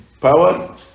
power